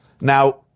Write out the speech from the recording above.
Now